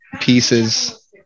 pieces